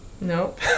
Nope